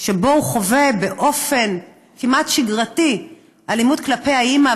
שבו הוא חווה באופן כמעט שגרתי אלימות כלפי האימא,